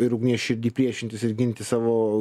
ir ugnies širdy priešintis ir ginti savo